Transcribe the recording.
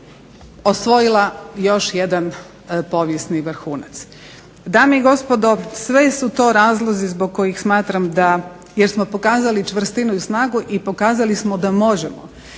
osvojila još jedan povijesni vrhunac. Dame i gospodo, sve su to razlozi zbog kojih smatram da jer smo pokazali čvrstinu i snagu i pokazali smo da možemo